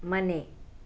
ಮನೆ